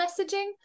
messaging